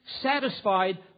satisfied